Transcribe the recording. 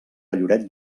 lloret